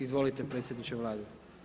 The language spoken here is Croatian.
Izvolite predsjedniče Vlade.